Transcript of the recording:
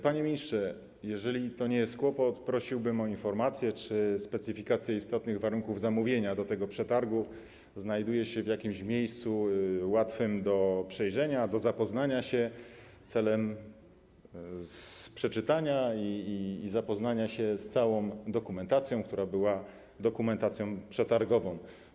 Panie ministrze, jeżeli to nie jest kłopot, prosiłbym o informację, czy specyfikacja istotnych warunków zamówienia odnośnie do tego przetargu znajduje się w jakimś miejscu łatwym do przejrzenia w celu przeczytania i zapoznania się z całą dokumentacją, która była dokumentacją przetargową.